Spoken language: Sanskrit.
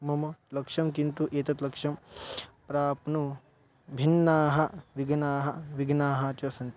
मम लक्ष्यं किन्तु एतत् लक्ष्यं प्राप्तुं भिन्नाः विघ्नाः विघ्नाः च सन्ति